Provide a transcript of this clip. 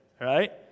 right